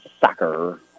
soccer